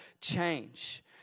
change